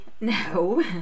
No